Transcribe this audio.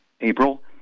April